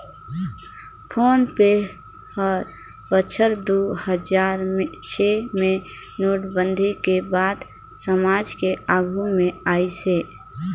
phone पे हर बछर दू हजार छै मे नोटबंदी के बाद समाज के आघू मे आइस हे